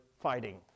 fighting